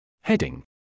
Heading